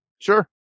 Sure